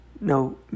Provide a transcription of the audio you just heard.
No